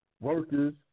workers